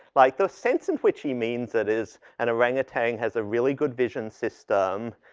like the sense in which he means that is, an orangutan has a really good vision system.